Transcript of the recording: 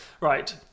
Right